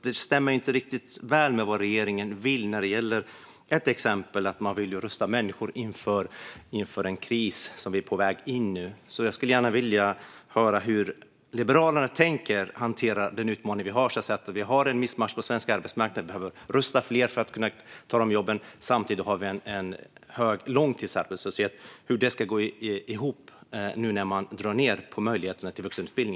Det stämmer inte riktigt med vad regeringen vill. Ett exempel är att man vill rusta människor inför en sådan kris som vi är på väg in i nu. Jag skulle gärna vilja höra hur Liberalerna tänker hantera den utmaning vi har med missmatchning på svensk arbetsmarknad. Vi behöver rusta fler för att kunna ta de jobb som finns. Samtidigt har vi hög långtidsarbetslöshet. Hur ska det gå ihop nu när man drar ned på möjligheterna till vuxenutbildning?